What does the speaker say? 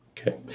Okay